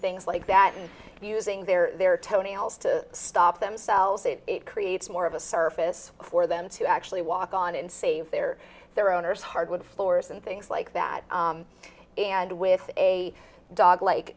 things like that and using their toenails to stop themselves it creates more of a surface for them to actually walk on and save their their owners hardwood floors and things like that and with a dog like